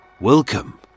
Welcome